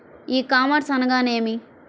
ఈ కామర్స్ అనగా నేమి?